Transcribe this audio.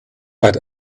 but